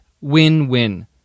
win-win